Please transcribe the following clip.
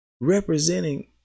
representing